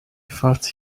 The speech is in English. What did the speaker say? felt